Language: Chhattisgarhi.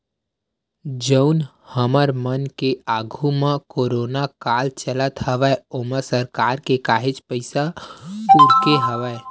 जउन हमर मन के आघू म कोरोना काल चलत हवय ओमा सरकार के काहेच पइसा उरके हवय